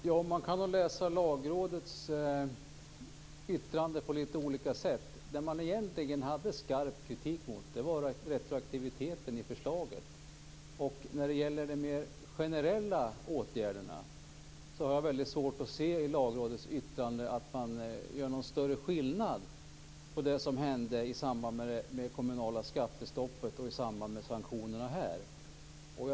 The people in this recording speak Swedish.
Fru talman! Man kan läsa Lagrådets yttrande på lite olika sätt. Det som Lagrådet riktade skarp kritik mot var retroaktiviteten i förslaget. När det gäller de mer generella åtgärderna har jag väldigt svårt att i Lagrådets yttrande se att man gör någon större skillnad mellan det som hände i samband med det kommunala skattestoppet och sanktionerna i detta sammanhang.